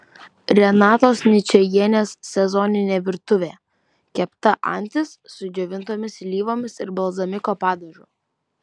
renatos ničajienės sezoninė virtuvė kepta antis su džiovintomis slyvomis ir balzamiko padažu